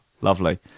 lovely